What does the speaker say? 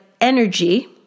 energy